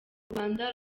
rwanda